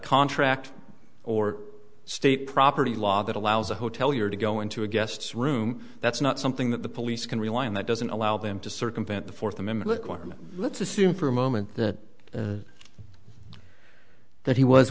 contract or state property law that allows a hotelier to go into a guest's room that's not something that the police can rely on that doesn't allow them to circumvent the fourth amendment requirement let's assume for a moment that the that he was